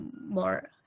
more